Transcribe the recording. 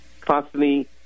constantly